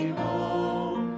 home